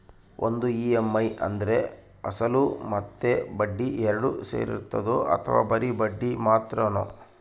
ಒಂದು ಇ.ಎಮ್.ಐ ಅಂದ್ರೆ ಅಸಲು ಮತ್ತೆ ಬಡ್ಡಿ ಎರಡು ಸೇರಿರ್ತದೋ ಅಥವಾ ಬರಿ ಬಡ್ಡಿ ಮಾತ್ರನೋ?